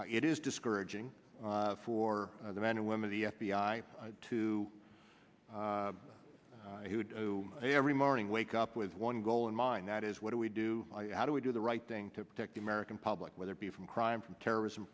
mentality it is discouraging for the men and women the f b i to who do every morning wake up with one goal in mind that is what do we do how do we do the right thing to protect the american public whether it be from crime from terrorism